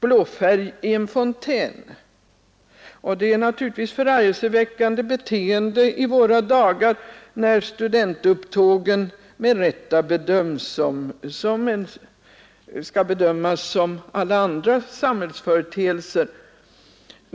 blåfärg i en fontän. Det betraktas naturligtvis som förargelseväckande beteende i våra dagar då studentupptågen med rätta bedöms på samma sätt som alla andra liknande företeelser i samhället.